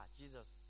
Jesus